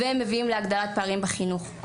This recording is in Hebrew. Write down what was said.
והם מביאים להגדלת פערים בחינוך.